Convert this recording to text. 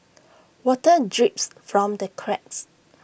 water drips from the cracks